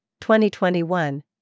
2021